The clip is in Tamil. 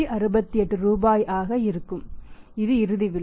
12068 ரூபாய் ஆக இருக்கும் இது இறுதி விலை